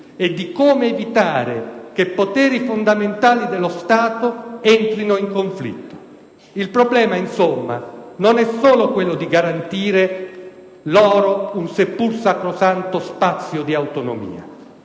e di come evitare che poteri fondamentali dello Stato entrino in conflitto. Il problema, insomma, non è soltanto quello di garantire loro un seppur sacrosanto spazio di autonomia.